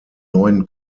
neuen